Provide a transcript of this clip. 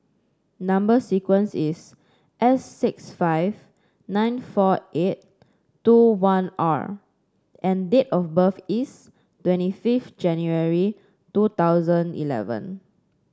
number sequence is S six five nine four eight two one R and date of birth is twenty fifth January two thousand eleven